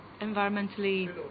environmentally